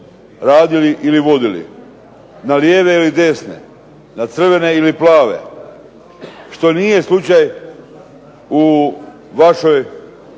radili ili vodili, na lijeve ili desne, na crvene ili plave, što nije slučaj u vašoj